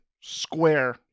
square